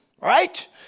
Right